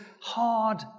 hard